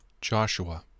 Joshua